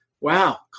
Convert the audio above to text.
wow